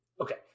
okay